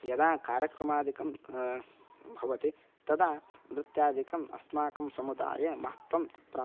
यदा कार्यक्रमादिकं भवति तदा नृत्यादिकम् अस्माकं समुदाये महत्वं प्राप्नोति